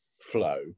flow